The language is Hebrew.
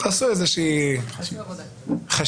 מציע שתעשו איזושהי חשיבה.